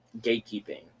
gatekeeping